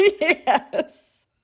Yes